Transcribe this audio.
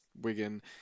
Wigan